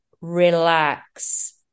relax